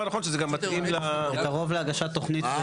צריכים באמת לראות שלא נעשה פה עוול קנייני או דברים מהסוג הזה.